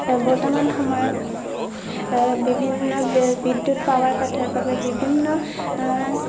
বৰ্তমান সময়ত বিভিন্ন বিদ্যুত পাৱাৰ কাতৰ বাবে বিভিন্ন